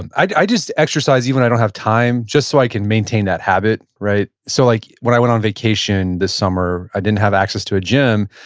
and i just exercise even i don't have time just so i can maintain that habit, right? so like when i went on vacation this summer, i didn't have access to a gym,